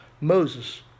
Moses